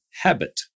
habit